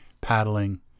paddling